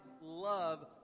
love